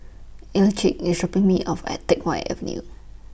Elick IS Shopping Me off At Teck Whye Avenue